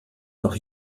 noch